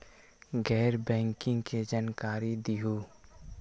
गैर बैंकिंग के जानकारी दिहूँ?